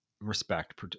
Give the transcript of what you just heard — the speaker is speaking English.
respect